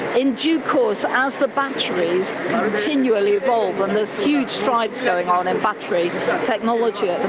in due course as the batteries continually evolve and there's huge strides going on in battery technology at the